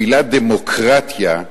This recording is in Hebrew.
המלה "דמוקרטיה"